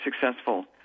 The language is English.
successful